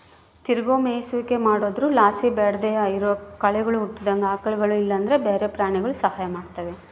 ತಿರುಗೋ ಮೇಯಿಸುವಿಕೆ ಮಾಡೊದ್ರುಲಾಸಿ ಬ್ಯಾಡದೇ ಇರೋ ಕಳೆಗುಳು ಹುಟ್ಟುದಂಗ ಆಕಳುಗುಳು ಇಲ್ಲಂದ್ರ ಬ್ಯಾರೆ ಪ್ರಾಣಿಗುಳು ಸಹಾಯ ಮಾಡ್ತವ